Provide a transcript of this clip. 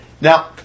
Now